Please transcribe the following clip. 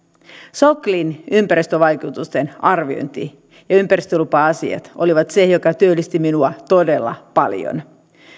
soklin ympäristövaikutusten arviointi ja ympäristölupa asiat olivat se joka työllisti minua todella paljon